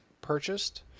purchased